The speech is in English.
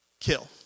kill